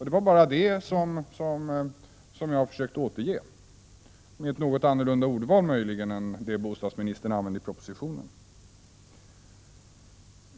Detta försökte jag återge, möjligen med ett annat ordval än bostadsministerns.